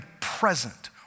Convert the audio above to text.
present